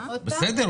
בסדר,